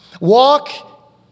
Walk